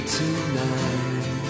tonight